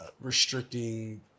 restricting